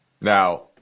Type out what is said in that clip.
Now